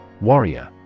Warrior